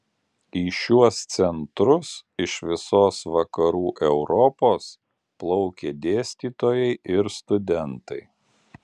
į šiuos centrus iš visos vakarų europos plaukė dėstytojai ir studentai